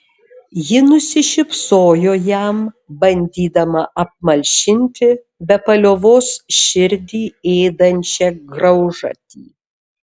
ji nusišypsojo jam bandydama apmalšinti be paliovos širdį ėdančią graužatį